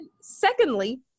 Secondly